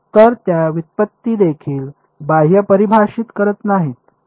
तर त्या व्युत्पत्ती देखील बाह्य परिभाषित करत नाहीत